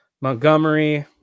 Montgomery